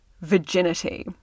virginity